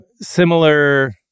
similar